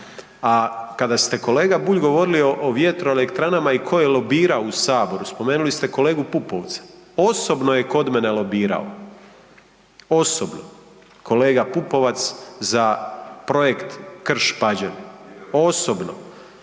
A kada ste kolega Bulj govorili o vjetroelektranama i tko je lobirao u saboru spomenuli ste kolegu Pupovca, osobno je kod mene lobirao, osobno, kolega Pupovac za projekt Krš Pađen, osobno.